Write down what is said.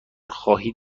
خواهید